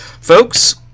Folks